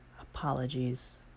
Apologies